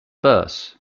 bus